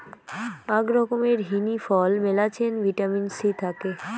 আক রকমের হিনি ফল মেলাছেন ভিটামিন সি থাকি